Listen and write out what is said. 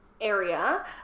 area